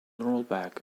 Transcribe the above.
rollback